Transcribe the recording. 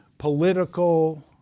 political